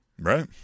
Right